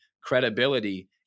credibility